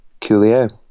coolio